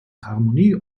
harmonie